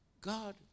God